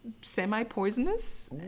semi-poisonous